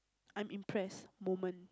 I'm impressed moment